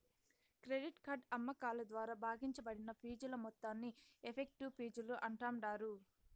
credit card అమ్మకాల ద్వారా భాగించబడిన ఫీజుల మొత్తాన్ని ఎఫెక్టివ్ ఫీజులు అంటాండారు